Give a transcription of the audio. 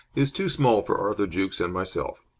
is too small for arthur jukes and myself.